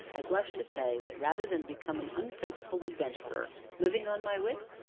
i blush to say that rather than become an unprincipled adventurer living on my wits,